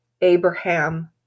Abraham